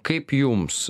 kaip jums